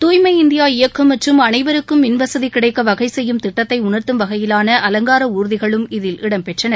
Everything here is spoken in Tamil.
துய்மை இந்தியா இயக்கம் மற்றம் அளைவருக்கும் மின்வசதி கிடைக்க வகை செய்யும் திட்டத்தை உணர்த்தும் வகையிலான அலங்கார ஊர்திகளும் இதில் இடம்பெற்றன